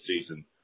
season